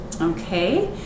okay